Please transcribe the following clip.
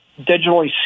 digitally